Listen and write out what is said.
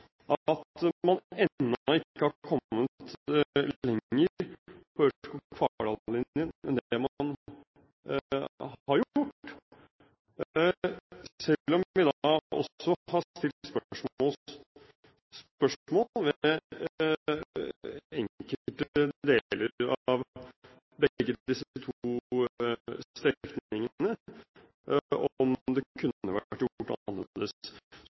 at man ennå ikke har kommet lenger med Ørskog–Fardal-linjen enn det man har gjort, selv om vi også har stilt spørsmål ved enkelte deler av begge disse to strekningene, om det kunne vært